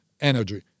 energy